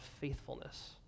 faithfulness